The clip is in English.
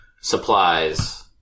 supplies